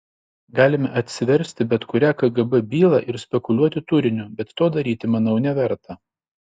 galime atsiversti bet kurią kgb bylą ir spekuliuoti turiniu bet to daryti manau neverta